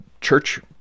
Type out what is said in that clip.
church